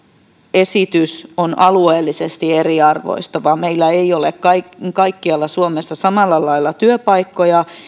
esitys on alueellisesti eriarvoistava meillä ei ole kaikkialla kaikkialla suomessa samalla lailla työpaikkoja